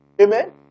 Amen